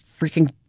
freaking